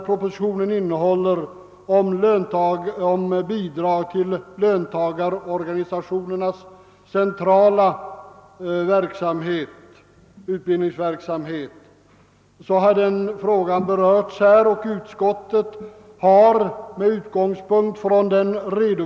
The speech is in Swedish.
Propositionens nyhet, bidrag till löntagarorganisationernas centrala utbildningsverksamhet, har berörts här i kammaren i ett flertal inlägg.